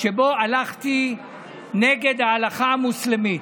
שבו הלכתי נגד ההלכה המוסלמית.